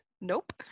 nope